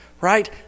right